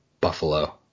Buffalo